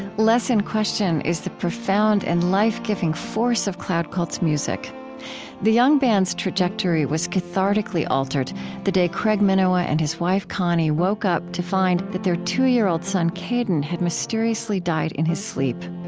less in question is the profound and life-giving force of cloud cult's music the young band's trajectory was cathartically altered the day craig minowa minowa and his wife connie woke up to find that their two-year-old son, kaidin, had mysteriously died in his sleep.